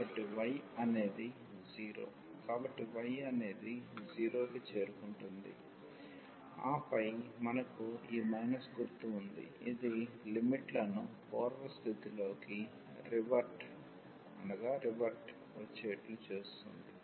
కాబట్టి y అనేది 0 కి చేరుకుంటుంది ఆపై మనకు ఈ మైనస్ గుర్తు ఉంది ఇది లిమిట్ లను పూర్వస్థితిలోనికి వచ్చేట్లు చేస్తుంది